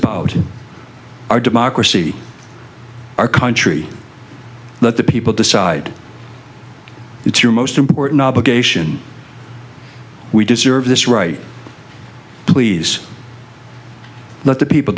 about in our democracy our country let the people decide it's your most important obligation we deserve this right please let the people